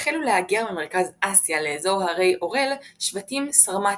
החלו להגר ממרכז אסיה לאזור הרי אורל שבטים סרמטים,